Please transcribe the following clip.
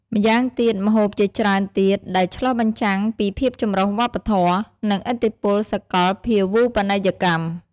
ម្យ៉ាងទៀត ម្ហូបជាច្រើនទៀតដែលឆ្លុះបញ្ចាំងពីភាពចម្រុះវប្បធម៌ និងឥទ្ធិពលសកលភាវូបនីយកម្ម។